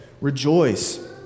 rejoice